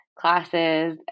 Classes